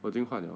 我已经换 liao